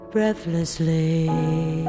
Breathlessly